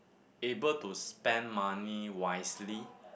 able to spend money wisely